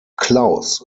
klaus